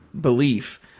Belief